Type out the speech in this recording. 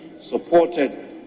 supported